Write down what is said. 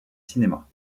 cinéma